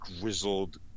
grizzled